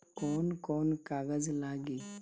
कौन कौन कागज लागी?